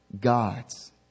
gods